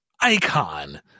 icon